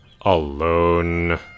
alone